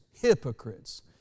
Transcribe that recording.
hypocrites